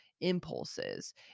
impulses